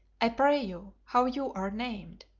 i pray you, how you are named?